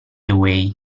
away